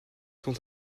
sont